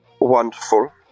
wonderful